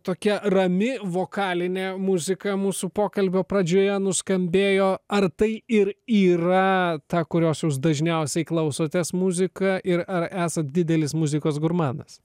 tokia rami vokalinė muzika mūsų pokalbio pradžioje nuskambėjo ar tai ir yra ta kurios jūs dažniausiai klausotės muzika ir ar esat didelis muzikos gurmanas